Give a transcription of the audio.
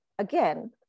Again